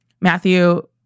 Matthew